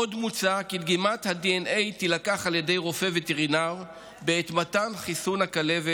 עוד מוצע כי דגימת הדנ"א תילקח על ידי רופא וטרינר בעת מתן חיסון הכלבת.